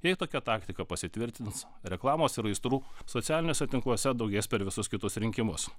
jei tokia taktika pasitvirtins reklamos ir aistrų socialiniuose tinkluose daugės per visus kitus rinkimus